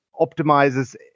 optimizes